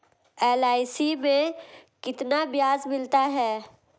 LIC में कितना ब्याज मिलता है?